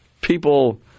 people